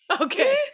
okay